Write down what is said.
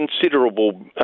considerable